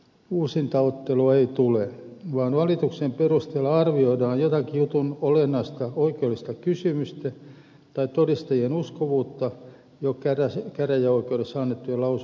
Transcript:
uusintaottelua ei tule vaan valituksen perusteella arvioidaan jotakin jutun olennaista oikeudellista kysymystä tai todistajien uskottavuutta jo käräjäoikeudessa annettujen lausuntojen pohjalta